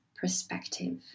perspective